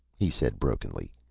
he said brokenly,